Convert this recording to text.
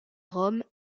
rome